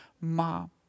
Mom